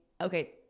okay